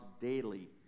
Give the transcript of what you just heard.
daily